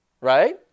right